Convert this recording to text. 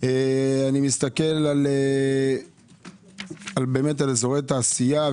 אני מסתכל על אזורי תעשייה,